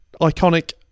Iconic